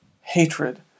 hatred